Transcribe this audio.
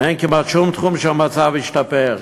אין כמעט שום תחום שהמצב בו השתפר.